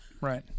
Right